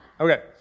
Okay